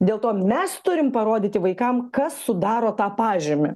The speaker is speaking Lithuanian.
dėl to mes turim parodyti vaikam kas sudaro tą pažymį